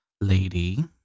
lady